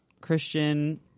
Christian